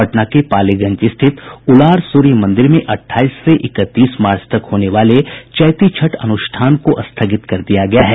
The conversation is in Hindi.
पटना के पालीगंज स्थित उलार सूर्य मंदिर में अठाईस से इकतीस मार्च तक होने वाले चैती छठ अ़नष्ठान को स्थगित कर दिया गया है